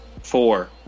Four